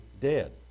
dead